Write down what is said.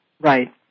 Right